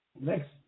next